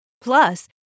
Plus